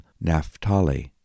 Naphtali